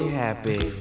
happy